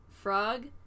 frog